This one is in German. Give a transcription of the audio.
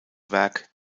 werk